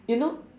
you know